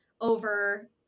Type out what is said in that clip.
over